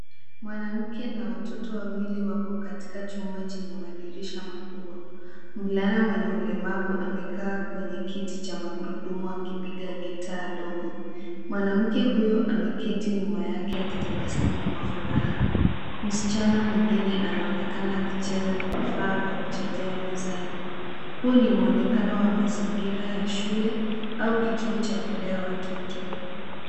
Mwanamke na watoto wawili wako katika chumba chenye madirisha makubwa. Mvulana mwenye ulemavu amekaa kwenye kiti cha magurudumu akipiga gitaa dogo. Mwanamke huyo ameketi nyuma yake akitabasamu kwa furaha. msichana mwingine anaonekana akicheza na vifa vya kuchezea mezani. Huu ni mwonekano wa mazingira ya shule au kituo cha kulea watoto.